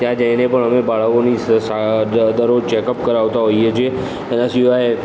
ત્યાં જઈને પણ અમે બાળાઓની સા સા ઓ ઓની દરરોજ ચેકઅપ કરાવતા હોઈએ છીએ એના સિવાય